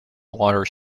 water